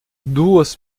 duas